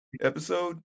episode